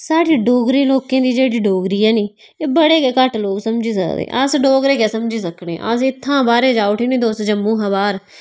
साढ़े डोगरे लोकें दी जेह्ड़ी डोगरी ऐ नी एह् बडे़ गै घट्ट लोग समझी सकदे अस डोगरे गै समझी सकने अस इ'त्थां बाह्रे ई जाओ उठी ना तुस जम्मू हा बाह्र